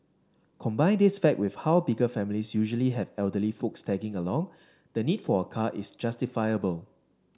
combine this fact with how bigger families usually have elderly folks tagging along the need for a car is justifiable